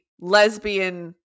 lesbian